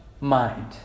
mind